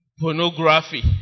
Pornography